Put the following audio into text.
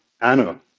Ano